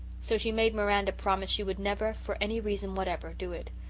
so she made miranda promise she would never, for any reason whatever, do it.